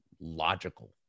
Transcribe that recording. logical